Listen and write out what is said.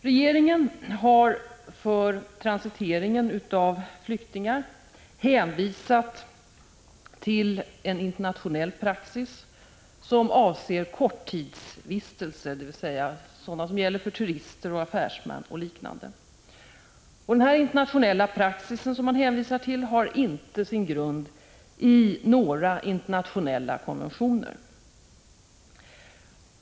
Regeringen har för transiteringen av flyktingar hänvisat till internationell praxis som avser korttidsvistelze, dvs. en praxis som gäller för turister, affärsmän och liknande. Denna internationella praxis har inte sin grund i några internationella konventioner.